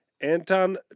Anton